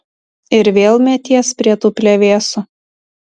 ir vėl meties prie tų plevėsų